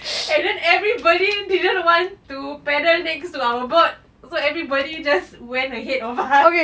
and then everybody didn't want to paddle next to our boat so everybody just went ahead of us